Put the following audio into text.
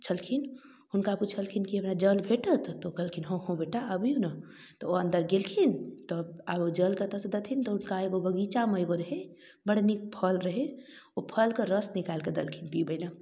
छलखिन हुनका पूछलखिन की हमरा जल भेटत तऽ ओ कहलखिन हँ हँ बेटा अबियो ने तऽ ओ अन्दर गेलखिन तऽ आब ओ जल कतऽसँ देथिन तऽ हुनका एगो बगीचामे एगो रहै बड़ नीक फल रहैये ओ फलके रस निकालिकऽ देलखिन पीबै लए